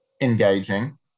engaging